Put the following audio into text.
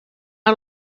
not